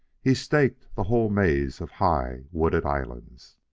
he staked the whole maze of high, wooded islands.